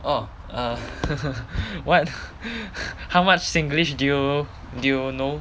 orh err what how much singlish do you do you know